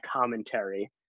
commentary